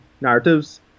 narratives